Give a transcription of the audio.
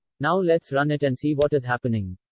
now, let's run it and see what is happening.